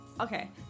Okay